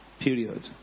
period